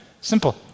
simple